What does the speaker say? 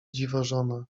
dziwożona